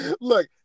Look